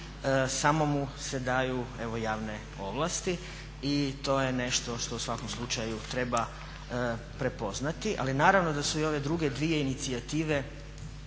samo mu se daju evo javne ovlasti. I to je nešto što u svakom slučaju treba prepoznati. Ali naravno da su i ove druge dvije inicijative